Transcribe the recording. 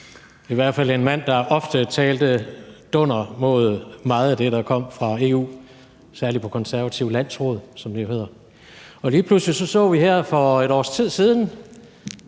i hvert fald som en mand, der ofte talte dunder mod meget af det, der kom fra EU, særlig på Konservativt Landsråd, som det jo hedder. Lige pludselig så vi her for et års tid siden